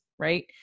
right